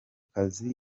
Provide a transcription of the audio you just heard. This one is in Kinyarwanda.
kazi